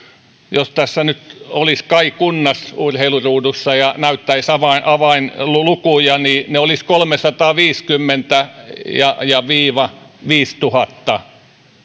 jos tässä nyt olisi kaj kunnas urheiluruudussa ja näyttäisi avainlukuja olisi kolmesataaviisikymmentä viiva viisituhatta